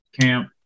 camp